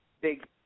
big